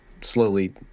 slowly